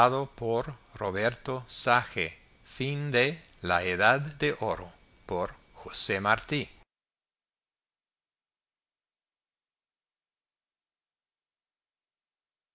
número de la edad de oro